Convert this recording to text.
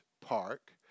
Park